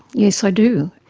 yes, i do.